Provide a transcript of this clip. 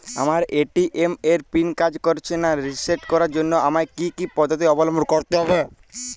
আমার এ.টি.এম এর পিন কাজ করছে না রিসেট করার জন্য আমায় কী কী পদ্ধতি অবলম্বন করতে হবে?